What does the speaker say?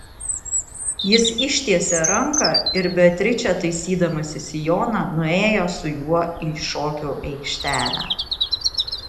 jis ištiesė ranką ir beatričė taisydamasi sijoną nuėjo su juo į šokių aikštelę